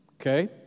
Okay